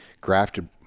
grafted